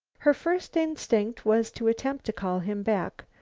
her first instinct was to attempt to call him back.